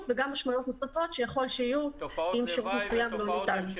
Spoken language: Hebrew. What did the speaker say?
וגם משמעויות נוספות שיכול שיהיו אם שירות מסוים לא ניתן.